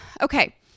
Okay